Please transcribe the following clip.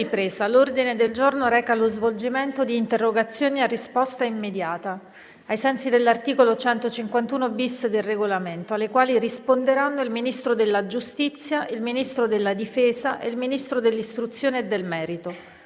finestra"). L'ordine del giorno reca lo svolgimento di interrogazioni a risposta immediata (cosiddetto *question time*), ai sensi dell'articolo 151-*bis* del Regolamento, alle quali risponderanno il Ministro della giustizia, il Ministro della difesa e il Ministro dell'istruzione e del merito.